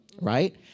right